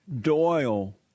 Doyle